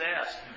asked